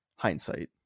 hindsight